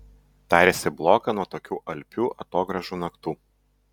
darėsi bloga nuo tokių alpių atogrąžų naktų